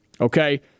Okay